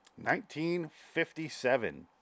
1957